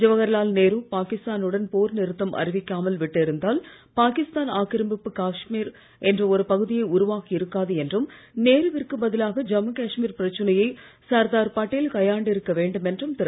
ஜவஹர்லால் நேரு பாகிஸ்தானு டன் போர் நிறுத்தம் அறிவிக்காமல் விட்டிருந்தால் பாகிஸ்தான் ஆக்கிரமிப்பு காஷ்மீர் என்ற ஒரு பகுதியே உருவாகி இருக்காது என்றும் நேர விற்கு பதிலாக ஜம்மு காஷ்மீர் பிரச்சனையை சர்தார் பட்டேல் கையாண்டிருக்க வேண்டும் என்றும் திரு